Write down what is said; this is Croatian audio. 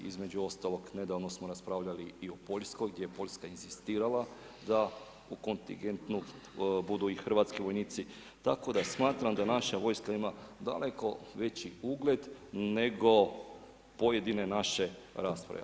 Između ostalog nedavno smo raspravljali i o Poljskoj gdje je Poljska inzistirala da u kontingentu budu i hrvatski vojnici, tako da smatram da naša vojska ima daleko veći ugled nego pojedine naše rasprave.